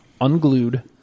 Unglued